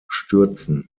stürzen